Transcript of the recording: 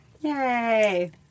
Yay